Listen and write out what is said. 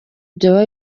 byaba